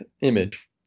image